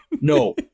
No